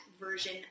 version